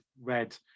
read